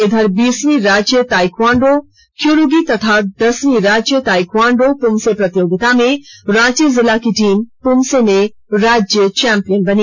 इधर बीसवीं राज्य ताइक्वांडो क्युरुगी तथा दसवीं राज्य ताइक्वांडो पूमसे प्रतियोगिता में रांची जिला की टीम पूमसे में राज्य चौंपियन बनी